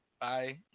Bye